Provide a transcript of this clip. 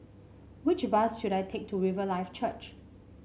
which bus should I take to Riverlife Church